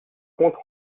compte